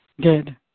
Good